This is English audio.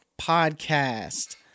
Podcast